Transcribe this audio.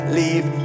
leave